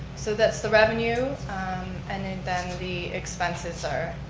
so that's the revenue and then then the expenses are,